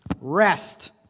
Rest